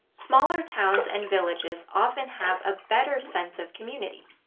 smaller towns and villages often have a better sense of community,